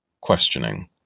questioning